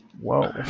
whoa